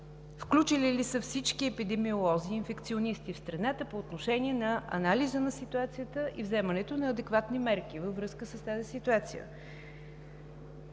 включили ли са всички епидемиолози, инфекционисти в страната по отношение на анализа на ситуацията и взимането на адекватни мерки във връзка с тази ситуация?